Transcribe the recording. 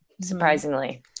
surprisingly